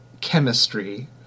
chemistry